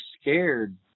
scared